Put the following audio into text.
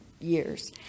years